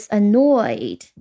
annoyed